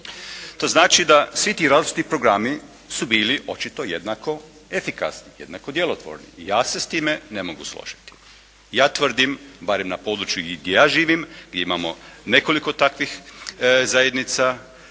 To znači da svi ti različiti programi su bili očito jednako efikasni, jednako djelotvorni. Ja se s time ne mogu složiti. Ja tvrdim, barem na području gdje ja živim gdje imamo nekoliko takvih zajednica